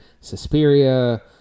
Suspiria